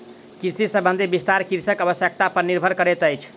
कृषि संबंधी विस्तार कृषकक आवश्यता पर निर्भर करैतअछि